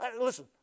Listen